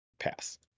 pass